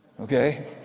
okay